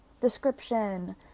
description